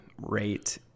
rate